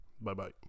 Bye-bye